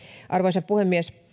arvoisa puhemies